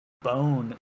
bone